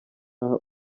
aha